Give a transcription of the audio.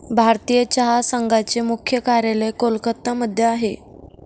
भारतीय चहा संघाचे मुख्य कार्यालय कोलकत्ता मध्ये आहे